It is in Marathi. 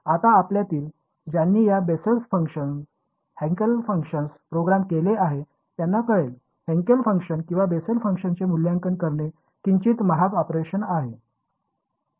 आता आपल्यातील ज्यांनी या Bessel functions Hankel functions program केले आहेत त्यांना कळेल हेन्केल फंक्शन किंवा बेसल फंक्शनचे मूल्यांकन करणे किंचित महाग ऑपरेशन आहे